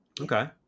okay